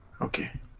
Okay